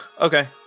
Okay